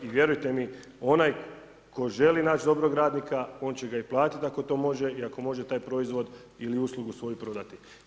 I vjerujte mi onaj tko želi naći dobrog radnika on će ga i platiti ako to može i ako može taj proizvod ili uslugu svoju prodati.